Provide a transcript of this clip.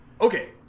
okay